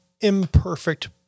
imperfect